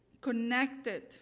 connected